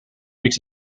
miks